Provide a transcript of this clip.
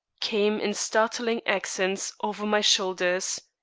came in startling accents over my shoulders.